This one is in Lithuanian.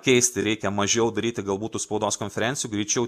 keisti reikia mažiau daryti galbūt tų spaudos konferencijų greičiau